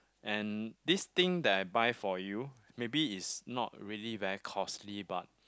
and this thing that I buy for you maybe is not really very costly but